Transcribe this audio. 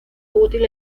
útil